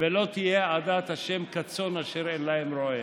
ולא תהיה עדת ה' כצאן אשר אין להם רֹעה".